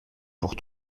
pour